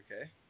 Okay